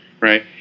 right